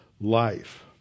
life